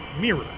mirror